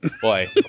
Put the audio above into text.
Boy